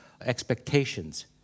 expectations